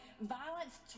violence